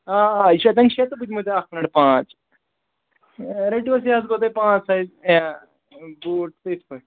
آ آ یہِ شیٚے تَن شےٚ تہٕ بٕتمو تۄہہِ اَکھ مِنٹ پانٛژھ ریٹِوَس یہِ حظ گوٚو تۄہہِ پانٛژھ سایِز بوٗٹھ تہٕ یِتھ پٲٹھۍ